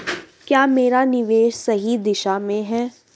क्या मेरा निवेश सही दिशा में है?